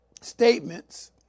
statements